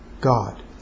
God